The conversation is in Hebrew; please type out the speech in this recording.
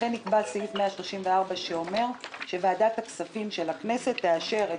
לכן סעיף 34 אומר שוועדת הכספים של הכנסת תאשר את